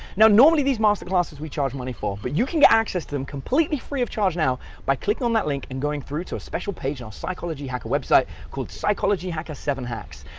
now normally these master classes we charge money for but you can get access to them completely free of charge now by clicking on that link and going through to a special page on psychology hacker website, called psychology hacker seven hacks.